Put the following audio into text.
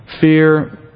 fear